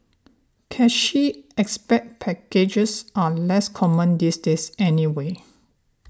cushy expat packages are less common these days anyway